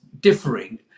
differing